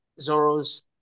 Zoro's